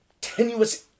tenuous